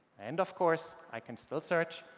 and of course, i can still search.